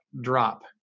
drop